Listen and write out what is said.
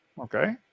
okay